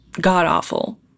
god-awful